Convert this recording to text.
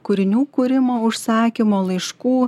kūrinių kūrimo užsakymo laiškų